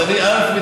אז אני מתנצל,